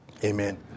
Amen